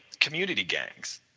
community gangs,